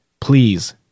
please